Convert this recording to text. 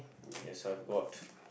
yes I've got